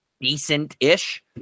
decent-ish